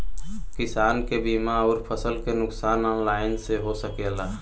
किसान के बीमा अउर फसल के नुकसान ऑनलाइन से हो सकेला?